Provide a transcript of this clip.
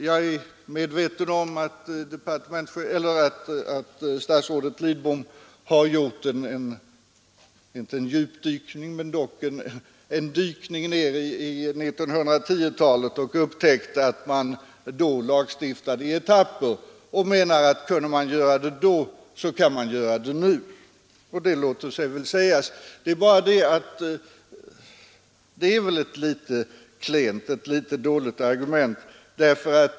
Jag är medveten om att statsrådet Lidbom har gjort, om inte en djupdykning så likväl ett studium av 1910-talet och upptäckt att man då lagstiftade i etapper. Han menar att kunde man göra detta då så kan man göra det nu också. Och det låter sig väl sägas. Det är bara det att detta är ett ganska dåligt argument.